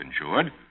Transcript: insured